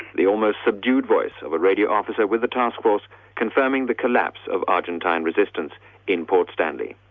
the almost subdued voice of a radio officer with the task force confirming the collapse of argentine resistance in port stanley.